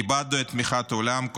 איבדנו את תמיכת העולם,